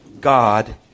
God